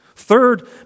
Third